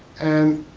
and